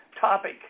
topic